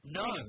no